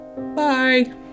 Bye